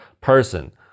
person